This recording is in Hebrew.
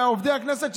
עובדי הכנסת,